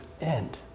end